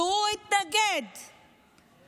הוא התנגד, גם בישיבת הממשלה הוא התנגד.